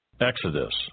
Exodus